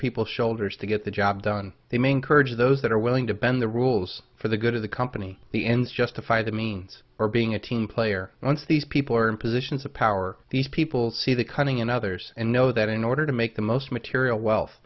people's shoulders to get the job done they may encourage those that are willing to bend the rules for the good of the company the ends justify the means or being a team player once these people are in positions of power these people see the cunning in others and know that in order to make the most material wealth